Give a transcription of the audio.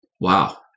Wow